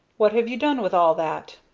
what have you done with all that?